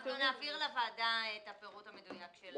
אנחנו נעביר לוועדה את הפירוט המדויק.